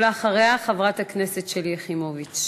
אחריה, חברת הכנסת שלי יחימוביץ.